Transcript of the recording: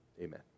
amen